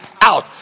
Out